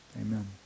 amen